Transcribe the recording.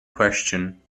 question